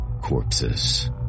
Corpses